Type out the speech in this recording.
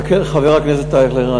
חכה, חבר הכנסת אייכלר.